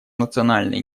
национальные